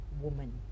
woman